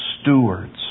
stewards